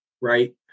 right